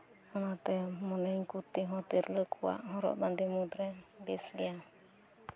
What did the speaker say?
ᱚᱱᱟᱛᱮ ᱢᱚᱱᱮᱭᱤᱧ ᱠᱩᱨᱛᱤ ᱦᱚᱸ ᱛᱤᱨᱞᱟᱹ ᱠᱚᱣᱟᱜ ᱦᱚᱨᱚᱜ ᱵᱟᱸᱫᱮ ᱢᱩᱫ ᱨᱮ ᱵᱮᱥ ᱜᱮᱭᱟ